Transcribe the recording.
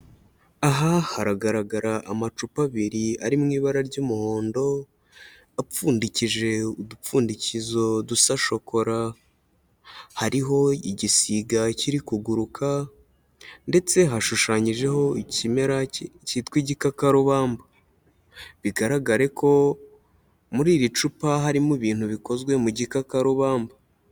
Aha haragaragara amacupa abiri ari mu ibara ry'umuhondo, apfundikije udupfundikizo dusa shokora. Hariho igisiga kiri kuguruka, ndetse hashushanyijeho ikimera cyitwa igikakarubamba, bigaragara ko muri iri cupa harimo ibintu bikozwe mu gikakarubamba.